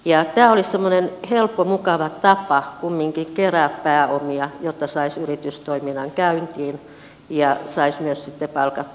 tämä olisi semmoinen helppo mukava tapa kumminkin kerätä pääomia jotta saisi yritystoiminnan käyntiin ja saisi myös sitten palkattua niitä työntekijöitä